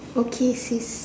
okay sis